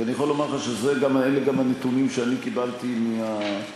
ואני יכול לומר לך שאלו גם הנתונים שאני קיבלתי מהממשלה,